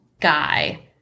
guy